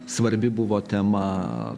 svarbi buvo tema